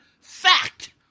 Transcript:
fact